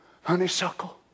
honeysuckle